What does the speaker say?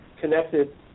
connected